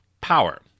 power